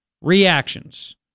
reactions